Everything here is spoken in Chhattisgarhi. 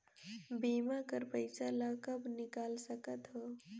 बीमा कर पइसा ला कब निकाल सकत हो?